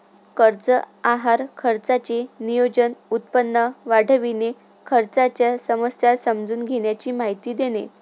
कर्ज आहार खर्चाचे नियोजन, उत्पन्न वाढविणे, खर्चाच्या समस्या समजून घेण्याची माहिती देणे